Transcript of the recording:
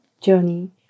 journey